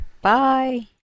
Bye